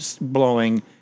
blowing